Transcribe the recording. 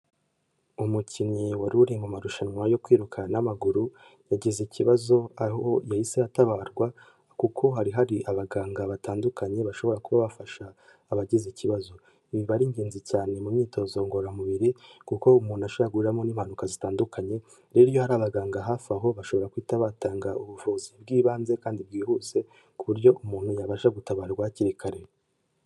Umukinnyi wari uri mu marushanwa yo kwiruka n'amaguru yagize ikibazo aho yahise atabarwa kuko hari hari abaganga batandukanye bashobora kuba bafasha abagize ikibazo. Biba ari ingenzi cyane mu myitozo ngororamubiri kuko umuntu ashobora guhuriramo n'impanuka zitandukanye, rero hari abaganga hafi aho bashobora guhita batanga ubuvuzi bw'ibanze kandi bwihuse ku buryo umuntu yabasha gutabarwa hakiri kare.